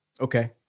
Okay